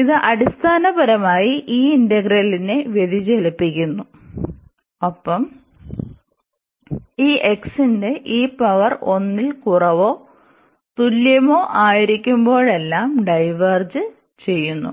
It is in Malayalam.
ഇത് അടിസ്ഥാനപരമായി ഈ ഇന്റഗ്രലിനെ വ്യതിചലിപ്പിക്കുന്നു ഒപ്പം ഈ x ന്റെ ഈ പവർ 1 ൽ കുറവോ തുല്യമോ ആയിരിക്കുമ്പോഴെല്ലാം ഡൈവേർജെൻസ് ഉണ്ട്